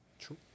True